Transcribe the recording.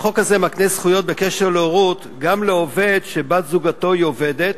החוק הזה מקנה זכויות בקשר להורות גם לעובד שבת-זוגו היא עובדת,